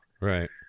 Right